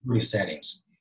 settings